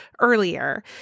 earlier